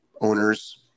owners